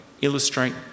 illustrate